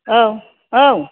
औ औ